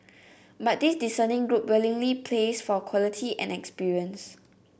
but this discerning group willingly pays for quality and experience